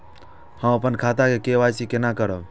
हम अपन खाता के के.वाई.सी केना करब?